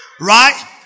right